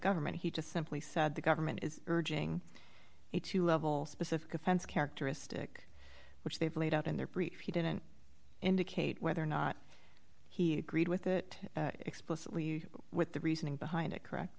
government he just simply said the government is urging you to level specific offense characteristic which they've laid out in their brief he didn't indicate whether or not he agreed with it explicitly with the reasoning behind it correct